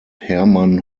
hermann